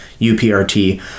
UPRT